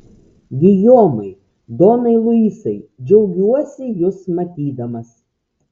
gijomai donai luisai džiaugiuosi jus matydamas